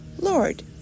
Lord